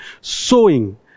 sowing